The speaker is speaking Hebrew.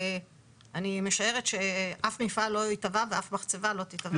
אני משערת שאף מפעל לא יתבע ואף מחצבה לא תתבע.